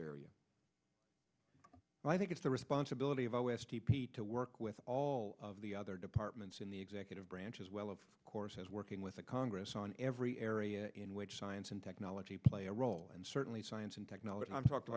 and i think it's the responsibility of o s t p to work with all of the other departments in the executive branch as well of course as working with the congress on every area in which science and technology play a role and certainly science and technology i'm talk